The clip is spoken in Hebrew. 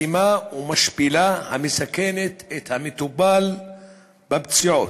אלימה ומשפילה, המסכנת את המטופל בפציעות,